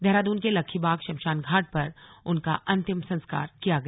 देहरादून के लक्खीबाग शमशान घाट पर उनका अंतिम संस्कार किया गया